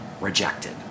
rejected